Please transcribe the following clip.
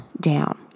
down